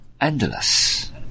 endless